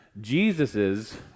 Jesus's